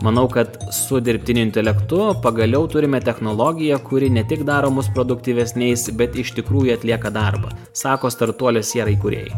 manau kad su dirbtiniu intelektu pagaliau turime technologiją kuri ne tik daro mos produktyvesniais bet iš tikrųjų atlieka darbą sako startuolio sierra kūrėjai